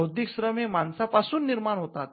बौद्धिक श्रम हे माणसा पासून निर्माण होतात